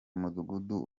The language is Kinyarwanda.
mudugudu